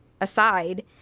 aside